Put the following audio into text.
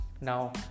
Now